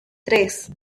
tres